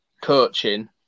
coaching